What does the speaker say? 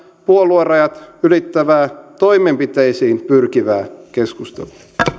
puoluerajat ylittävää toimenpiteisiin pyrkivää keskustelua